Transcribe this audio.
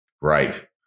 Right